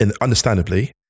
understandably